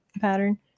pattern